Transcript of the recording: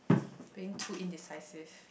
being too indecisive